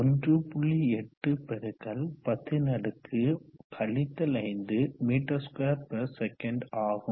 8 x 10 5 m2s ஆகும்